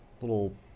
little